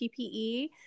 PPE